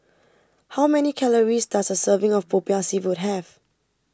how many calories does a serving of Popiah Seafood have